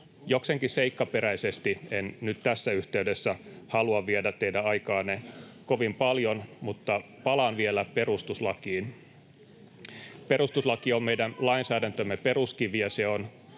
jokseenkin seikkaperäisesti, en nyt tässä yhteydessä halua viedä teidän aikaanne kovin paljon, mutta palaan vielä perustuslakiin. Perustuslaki on meidän lainsäädäntömme peruskivi, ja se on